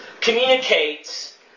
communicates